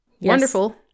Wonderful